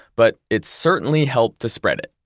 but it certainly helped to spread it.